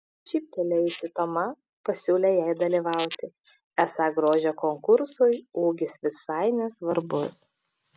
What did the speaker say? šyptelėjusi toma pasiūlė jai dalyvauti esą grožio konkursui ūgis visai nesvarbus